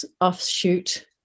offshoot